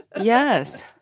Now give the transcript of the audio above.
Yes